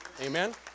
Amen